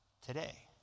today